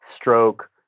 stroke